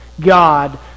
God